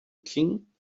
king